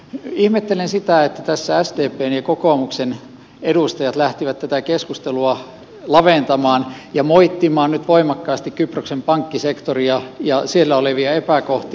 ihmettelen sitä että tässä sdpn ja kokoomuksen edustajat lähtivät laventamaan tätä keskustelua ja moittimaan nyt voimakkaasti kyproksen pankkisektoria ja siellä olevia epäkohtia